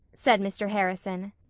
said mr. harrison.